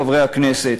חברי הכנסת,